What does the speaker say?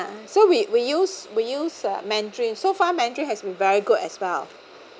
so we we use we use uh mandarin so far mandarin has been very good as well